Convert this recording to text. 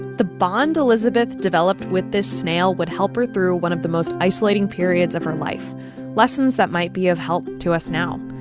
the bond elisabeth developed with this snail would help her through one of the most isolating periods of her life lessons that might be of help to us now.